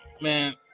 man